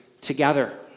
together